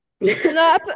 no